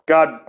God